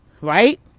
right